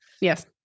Yes